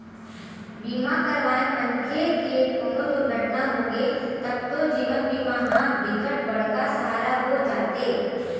बीमा करवाए मनखे के कोनो दुरघटना होगे तब तो जीवन बीमा ह बिकट बड़का सहारा हो जाते